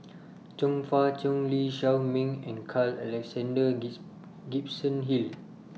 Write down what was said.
Chong Fah Cheong Lee Shao Meng and Carl Alexander Gibson Hill